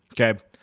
Okay